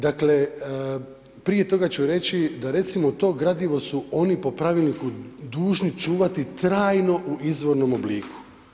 Dakle, prije toga ću reći da recimo to gradivo su oni po pravilniku dužni čuvati trajno u izvornom obliku.